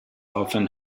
often